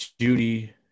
Judy